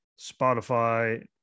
Spotify